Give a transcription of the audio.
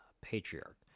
Patriarch